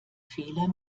fehler